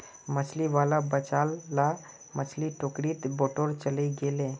मछली वाला बचाल ला मछली टोकरीत बटोरे चलइ गेले